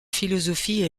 philosophie